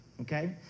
Okay